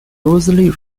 loosely